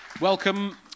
Welcome